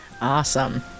Awesome